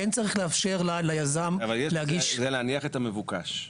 כן צריך לאפשר ליזם להגיש --- אבל זה להניח את המבוקש.